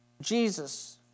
Jesus